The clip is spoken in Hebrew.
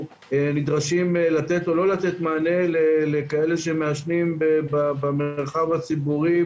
נדרשים לא לתת או לא לתת מענה לכאלה שמעשנים במרחב הציבורי,